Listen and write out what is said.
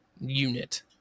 unit